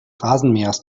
rasenmähers